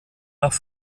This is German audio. nach